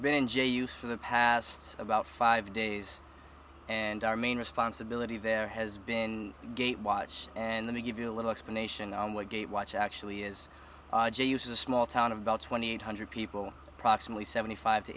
i've been in jail you for the past about five days and our main responsibility there has been gate watch and then to give you a little explanation on what gate watch actually is a small town of about twenty eight hundred people approximately seventy five to